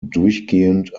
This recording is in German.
durchgehend